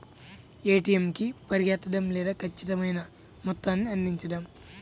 ATM కి పరిగెత్తడం లేదా ఖచ్చితమైన మొత్తాన్ని అందించడం